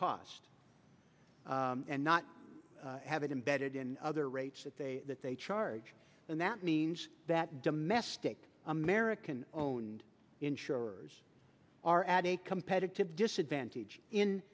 cost and not have it embedded in other rates that they that they charge and that means that domestic american owned insurers are at a competitive disadvantage in